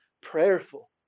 prayerful